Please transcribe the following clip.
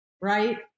right